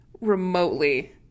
remotely